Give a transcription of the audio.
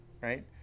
right